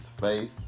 face